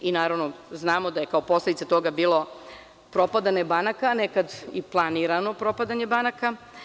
I naravno, znamo da je kao posledica toga bilo propadanje banaka, nekada i planirano propadanje banaka.